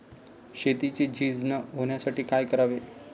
शेतीची झीज न होण्यासाठी काय करावे?